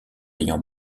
ayant